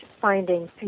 findings